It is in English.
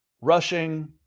rushing